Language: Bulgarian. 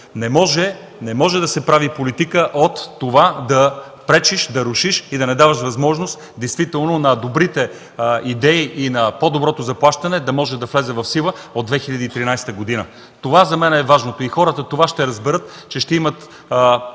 не може да се прави политика от това да пречиш, да рушиш и да не даваш възможност на добрите идеи и на по-доброто заплащане да може да влезе в сила от 2013 г. Това е важното за мен и хората това ще разберат – че ще имат